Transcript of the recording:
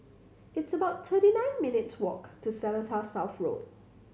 it's about thirty nine minutes' walk to Seletar South Road